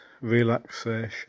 relaxation